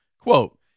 Quote